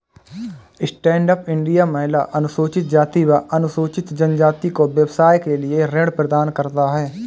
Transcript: stand up India महिला, अनुसूचित जाति व अनुसूचित जनजाति को व्यवसाय के लिए ऋण प्रदान करता है